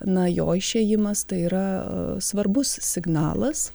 na jo išėjimas tai yra svarbus signalas